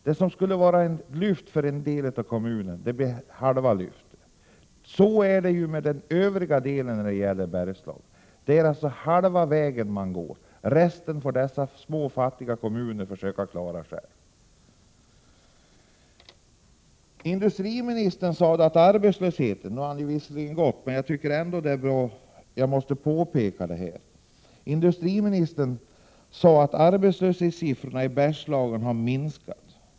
Det som skulle bli ett lyft för kommunen blir bara ett halvt lyft. Så är det också när det gäller övriga Bergslagen. Man går alltså bara halva vägen. Det som återstår får dessa små, fattiga kommuner försöka klara själva. Visserligen har industriministern nu lämnat kammaren, men jag vill ändå göra följande påpekande. Industriministern sade att arbetslöshetssiffrorna i Bergslagen har sjunkit.